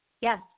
yes